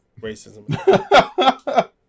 racism